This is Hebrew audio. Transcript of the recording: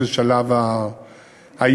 זה שלב האיוש,